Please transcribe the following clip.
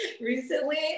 recently